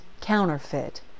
counterfeit